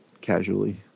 casually